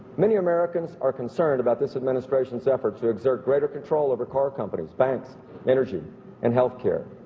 many americans are concerned about this administration's efforts to exert greater control over car companies banks energy and health care